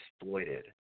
exploited